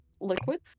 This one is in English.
liquid